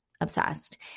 Obsessed